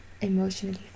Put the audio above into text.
emotionally